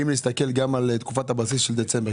האם להסתכל גם על תקופת הבסיס של דצמבר.